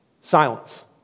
Silence